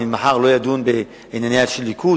מחר הוא לא ידון בעניינים של הליכוד,